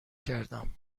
کردم